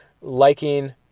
liking